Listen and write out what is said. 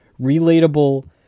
relatable